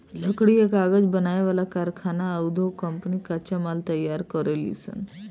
लकड़ी आ कागज बनावे वाला कारखाना आ उधोग कम्पनी कच्चा माल तैयार करेलीसन